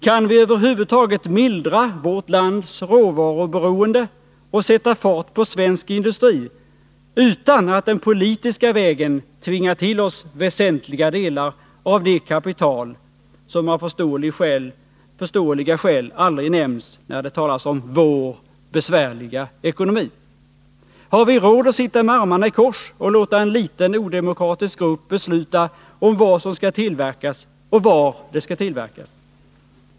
Kan vi över huvud taget mildra vårt lands råvaruberoende och sätta fart på svensk industri utan att den politiska vägen tvinga till oss väsentliga delar av det kapital som av förståeliga skäl aldrig nämns när det talas om ”vår” besvärliga ekonomi? Har vi råd att sitta med armarna i kors och låta en liten odemokratisk grupp besluta om vad som skall tillverkas och var det skall tillverkas?